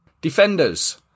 Defenders